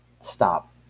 stop